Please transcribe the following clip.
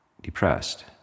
depressed